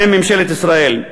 עם ממשלת ישראל.